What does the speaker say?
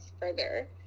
further